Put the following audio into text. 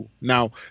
Now